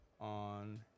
on